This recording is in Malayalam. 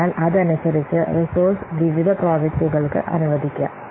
അതിനാൽ അതനുസരിച്ച് റിസോഴ്സ് വിവിധ പ്രോജക്ടുകൾക്ക് അനുവദിക്കാം